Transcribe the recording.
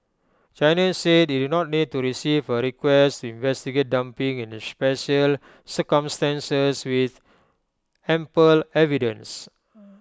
China said IT did not need to receive A request to investigate dumping in special circumstances with ample evidence